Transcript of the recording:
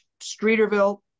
Streeterville